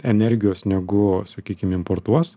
energijos negu sakykim importuos